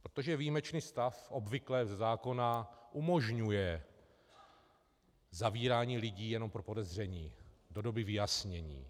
Protože výjimečný stav obvykle ze zákona umožňuje zavírání lidí jenom pro podezření do doby vyjasnění.